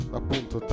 appunto